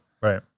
Right